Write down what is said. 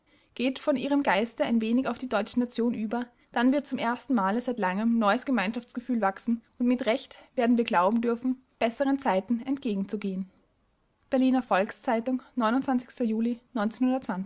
geht von ihrem geiste ein wenig auf die deutsche nation über dann wird zum ersten male seit langem neues gemeinschaftsgefühl wachsen und mit recht werden wir glauben dürfen besseren zeiten entgegenzugehen berliner volks-zeitung juli